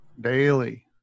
Daily